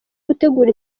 gutegura